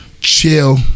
Chill